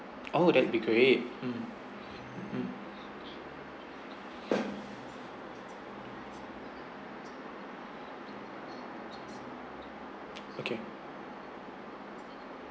oh that would be great mm mm okay